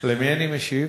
למי אני משיב?